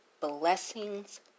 blessings